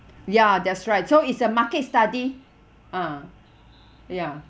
ya that's right so it's a market study ah ya